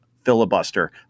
filibuster